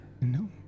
No